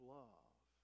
love